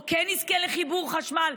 או כן יזכה לחיבור חשמל,